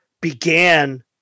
began